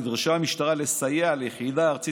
נדרשה המשטרה לסייע ליחידה הארצית